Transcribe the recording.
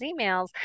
emails